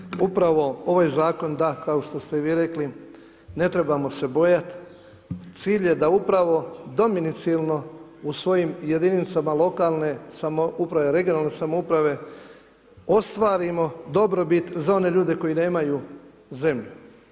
Kolegice, upravo ovaj zakon, da, kao što ste i vi rekli, ne trebamo se bojat, cilj je da upravo domicilno u svojim jedinicama lokalne samouprave, regionalne samouprave ostvarimo dobrobit za one ljude koji nemaju zemlju.